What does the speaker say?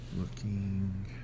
Looking